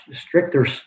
stricter